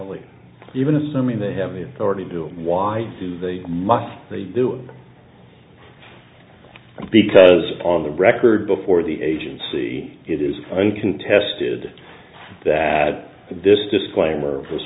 really even assuming they have already do why do they must do it because on the record before the agency it is uncontested that this disclaimer was